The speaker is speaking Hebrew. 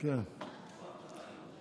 קצץ, קצץ קצת.